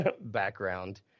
background